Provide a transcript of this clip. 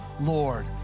Lord